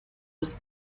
was